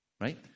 Right